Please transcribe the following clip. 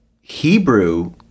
Hebrew